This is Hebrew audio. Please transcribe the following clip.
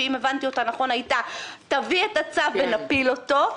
שאם הבנתי אותה נכון הייתה תביאי את הצו ונפיל אותו.